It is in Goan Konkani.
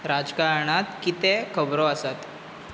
राजकारणांत कितें खबरो आसात